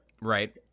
Right